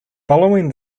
following